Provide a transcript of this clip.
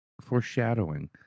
Foreshadowing